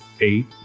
eight